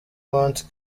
mount